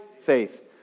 faith